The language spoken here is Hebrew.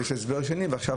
ומה זה עכשיו?